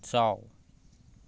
ꯆꯥꯎ